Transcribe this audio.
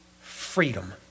freedom